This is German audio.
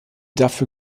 dafür